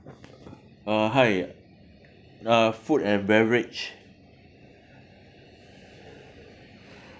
uh hi uh food and beverage